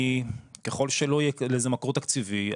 ככל שלא יהיה לזה מקור תקציבי,